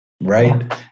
right